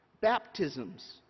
Baptisms